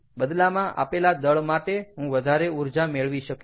બદલામાં આપેલા દળ માટે હું વધારે ઊર્જા મેળવી શકીશ